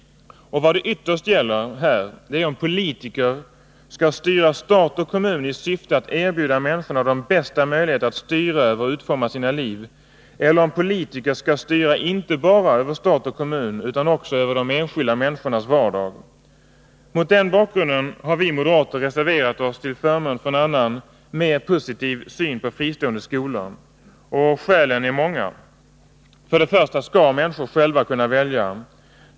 Vad det ytterst gäller här är om politiker skall styra stat och kommun i syfte att erbjuda människorna de bästa möjligheterna att styra över och utforma sina liv, eller om politiker skall styra inte bara över stat och kommun utan också över de enskilda människornas vardag. Mot den bakgrunden har vi moderater reserverat oss till förmån för en annan, mer positiv, syn på fristående skolor. Skälen är många. För det första skall människor själva kunna välja.